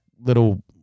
little